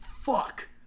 fuck